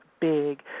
big